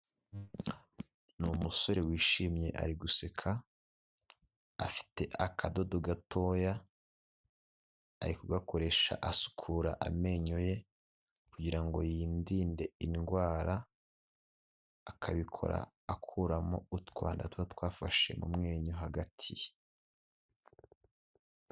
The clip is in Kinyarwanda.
Ni umusore wishimye ari guseka, afite akadodo gatoya, ari kugakoresha asukura amenyo ye kugira ngo yirinde indwara, akabikora akuramo utwanda tuba twafashe mumenyo hagati ye.